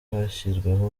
hashyizweho